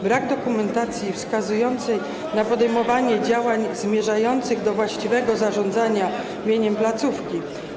Brak dokumentacji wskazującej na podejmowanie działań zmierzających do właściwego zarządzania mieniem placówki.